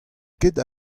ket